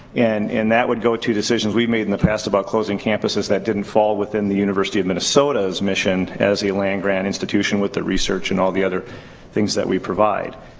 and and that would go to decisions we've made in the past about closing campuses that didn't fall within the university of minnesota's mission as a land grant institution with the research and all the other things that we provide.